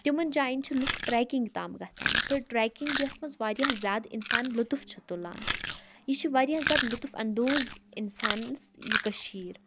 تِمَن جایَن چھِ لوٗکھ ٹرٛیکِنٛگ تام گژھان تہٕ ٹرٛیکِنٛگ یَتھ منٛز واریاہ زیادٕ اِنسان لُطُف چھُ تُلان یہِ چھُ واریاہ زیادٕ لُطف انٛدوز اِنسانَس یہِ کٔشیٖر